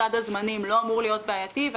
סד הזמנים לא אמור להיות בעייתי.